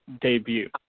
debut